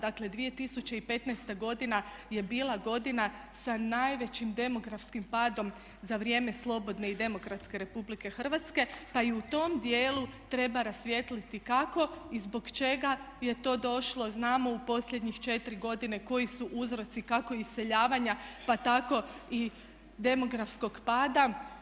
Dakle, 2015. godina je bila godina sa najvećim demografskim padom za vrijeme slobodne i demokratske Republike Hrvatske, pa i u tom dijelu treba rasvijetliti kako i zbog čega je to došlo znamo u posljednjih četiri godine koji su uzroci, kako iseljavanja pa tako i demografskog pada.